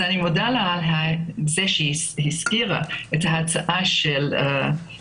אני מודה לה על זה שהיא הזכירה את ההצעה לפיה